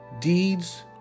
deeds